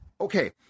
okay